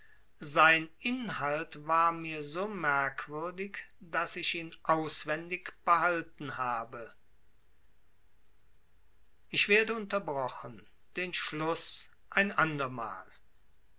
sein inhalt war mir so merkwürdig daß ich ihn auswendig behalten habe ich werde unterbrochen den schluß ein andermal